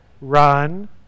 Run